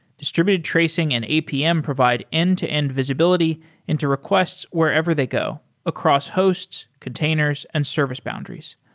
distributed tracing and apm provide end-to-end visibility into requests wherever they go across hosts, containers and service boundaries.